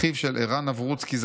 אחיו של ערן אברוצקי,